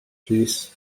rhys